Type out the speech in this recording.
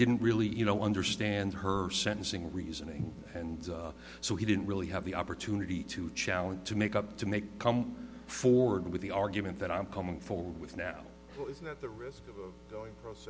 didn't really you know understand her sentencing reasoning and so he didn't really have the opportunity to challenge to make up to make come forward with the argument that i'm coming forward with now is that the risk of going